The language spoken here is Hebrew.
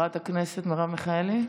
חברת הכנסת מרב מיכאלי,